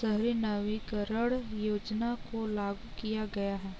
शहरी नवीकरण योजना को लागू किया गया है